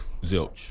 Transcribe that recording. Zilch